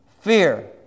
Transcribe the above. Fear